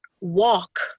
walk